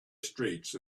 streets